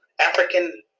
African